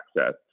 access